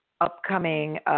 Upcoming